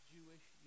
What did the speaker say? Jewish